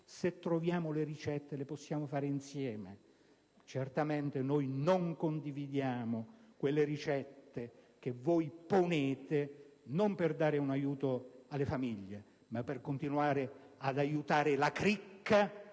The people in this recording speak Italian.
per intervenire, lo possiamo fare insieme. Certamente non condividiamo quelle ricette che voi indicate, non per dare un aiuto alle famiglie, ma per continuare ad aiutare la cricca